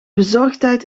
bezorgtijd